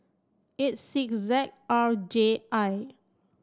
eight six Z R J I